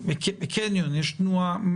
בקניון יש תנועה.